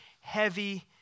heavy